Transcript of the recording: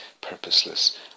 purposeless